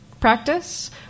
practice